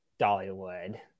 Dollywood